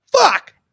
Fuck